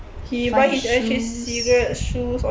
for shoes